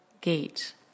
gate